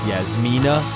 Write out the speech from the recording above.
Yasmina